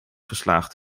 geslaagd